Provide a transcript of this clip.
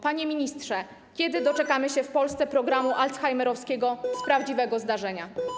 Panie ministrze, kiedy doczekamy się w Polsce programu alzheimerowskiego z prawdziwego zdarzenia?